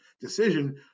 decision